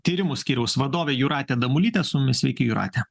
tyrimų skyriaus vadovė jūratė damulytė su mumis sveiki jūrate